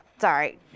sorry